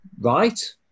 right